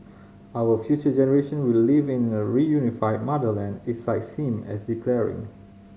our future generation will live in a reunified motherland it cites him as declaring